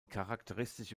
charakteristische